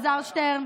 סגן השר אלעזר שטרן,